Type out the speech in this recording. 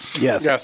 Yes